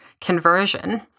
conversion